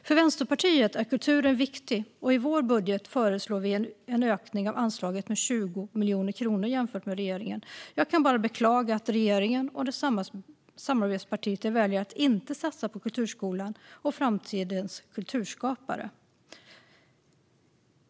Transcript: För Vänsterpartiet är kulturen viktig, och i vår budget föreslår vi en ökning av anslaget med 20 miljoner kronor jämfört med regeringen. Jag kan bara beklaga att regeringen och dess samarbetspartier väljer att inte satsa på kulturskolan och framtidens kulturskapare.